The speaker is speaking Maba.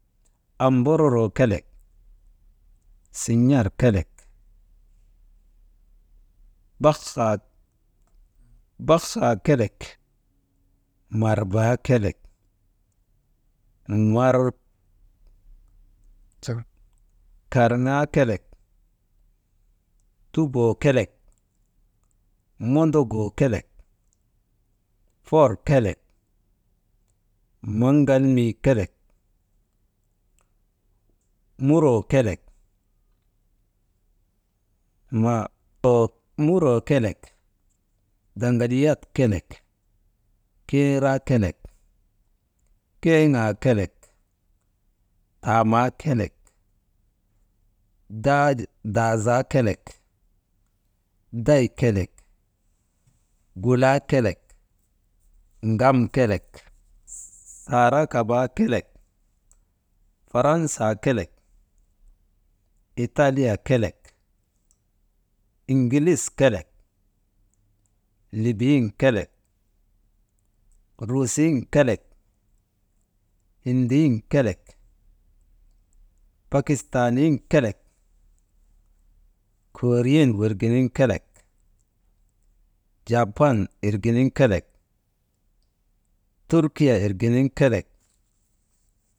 Ambororoo kelek, sin̰ar kelek, baksaa, baksaa kelek, marbaa kelek, «hesitation», karŋaa kelek, tuboo kelek, mondogoo kelek, for kelek, maŋalmii kelek, muroo kelek, «hesitation» muroo kelek, daŋaliyat kelek, keeraa kelek, keeŋaa kelek, taamaa kelek, «hesitation» daazaa kelek, day kelek gulaa kelek, ŋam kelk, saara kabaa kelek, faransaa kelek, italiaa kelek, inŋilis kelek, libiyin kelek, ruusiyin kelek, hindiyin kelek, pakistaanien kelek, foorien wirginiŋ kelek, jaapan irginiŋ kelek, turkia irginiŋ kelek.